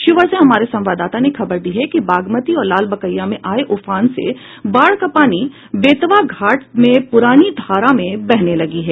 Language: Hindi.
शिवहर से हमारे संवाददाता ने खबर दी है कि बागमती और लालबकैया में आये उफान से बाढ़ का पानी बेतवा घाट में पुरानी धारा में बहने लगी है